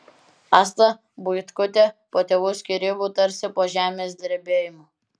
asta buitkutė po tėvų skyrybų tarsi po žemės drebėjimo